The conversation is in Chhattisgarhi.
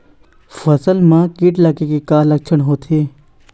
फसल म कीट लगे के का लक्षण होथे?